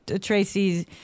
Tracy's